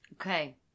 Okay